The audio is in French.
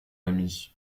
ami